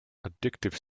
addictive